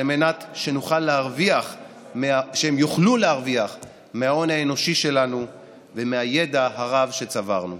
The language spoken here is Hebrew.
על מנת שהן יוכלו להרוויח מההון האנושי שלנו ומהידע הרב שצברנו.